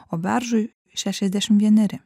o beržui šešiasdešimt vieneri